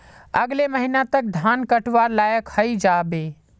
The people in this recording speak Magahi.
अगले महीने तक धान कटवार लायक हई जा बे